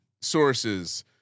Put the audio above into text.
sources